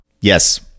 Yes